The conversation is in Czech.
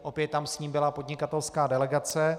Opět tam s ním byla podnikatelská delegace.